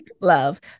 love